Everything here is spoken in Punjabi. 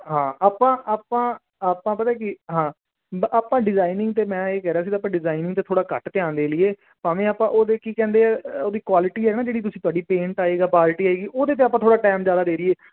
ਹਾਂ ਆਪਾਂ ਆਪਾਂ ਆਪਾਂ ਪਤਾ ਕੀ ਹਾਂ ਬ ਆਪਾਂ ਡਿਜ਼ਾਇਨਿੰਗ 'ਤੇ ਮੈਂ ਇਹ ਕਹਿ ਰਿਹਾ ਸੀ ਆਪਾਂ ਡਿਜ਼ਾਈਨ 'ਤੇ ਥੋੜ੍ਹਾ ਘੱਟ ਧਿਆਨ ਦੇ ਲਈਏ ਭਾਵੇਂ ਆਪਾਂ ਉਹਦੇ ਕੀ ਕਹਿੰਦੇ ਆ ਉਹਦੀ ਕੁਆਲਿਟੀ ਹੈ ਨਾ ਜਿਹੜੀ ਤੁਸੀਂ ਤੁਹਾਡੀ ਪੇਂਟ ਆਵੇਗਾ ਬਾਲਟੀ ਆਵੇਗੀ ਉਹਦੇ 'ਤੇ ਆਪਾਂ ਥੋੜ੍ਹਾ ਟਾਈਮ ਜ਼ਿਆਦਾ ਦੇ ਦੇਈਏ